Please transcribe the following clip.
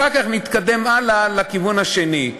אחר כך נתקדם הלאה לכיוון השני.